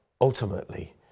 ultimately